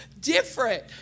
different